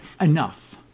enough